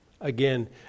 Again